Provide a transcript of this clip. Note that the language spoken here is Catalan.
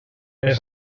per